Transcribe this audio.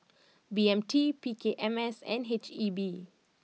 B M T P K M S and H E B